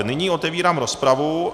Nyní otevírám rozpravu.